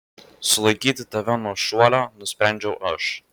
sulaikyti tave nuo šuolio nusprendžiau aš